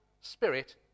spirit